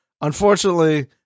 Unfortunately